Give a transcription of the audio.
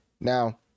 now